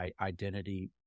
identity